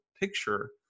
picture